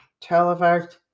televised